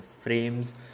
frames